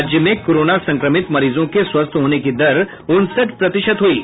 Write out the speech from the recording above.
राज्य में कोरोना संक्रमित मरीजों के स्वस्थ होने की दर उनसठ प्रतिशत हयी